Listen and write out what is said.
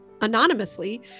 anonymously